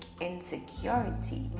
insecurity